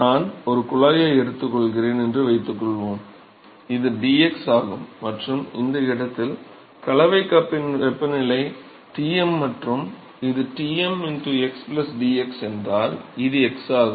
நான் ஒரு குழாயை எடுத்துக்கொள்கிறேன் என்று வைத்துக்கொள்வோம் இது dx ஆகும் மற்றும் அந்த இடத்தில் கலவை கப்பின் வெப்பநிலை Tm மற்றும் இது Tm xdx என்றால் இது x ஆகும்